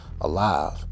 alive